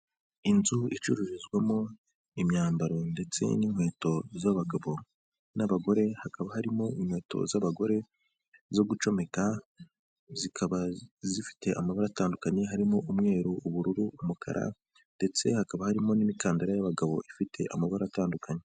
Inzu icururizwamo imyambaro ndetse n'inkweto z'abagabo n'abagore, hakaba harimo inkweto z'abagore zo gucomeka zikaba, zifite amabara atandukanye harimo umweru, ubururu, umukara, ndetse hakaba harimo n'imikandara y'abagabo ifite amabara atandukanye.